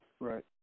Right